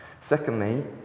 Secondly